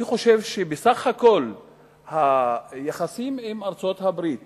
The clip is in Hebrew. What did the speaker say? אני חושב שהיחסים עם ארצות-הברית